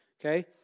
okay